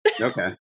Okay